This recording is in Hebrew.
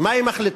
ומה היא מחליטה?